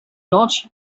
not